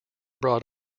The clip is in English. brought